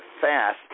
fast